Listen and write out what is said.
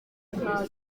nta